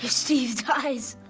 steve dies.